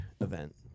event